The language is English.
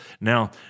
Now